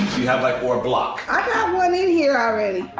do you have, like, or a block? i and have one in here already.